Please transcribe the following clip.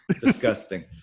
Disgusting